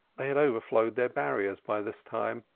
they had overflowed their barriers by this time,